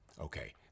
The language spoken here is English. Okay